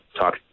talk